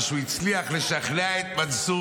אבל אם הוא הצליח לשכנע את מנסור,